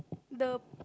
the